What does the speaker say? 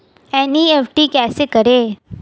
NEFT कैसे करें?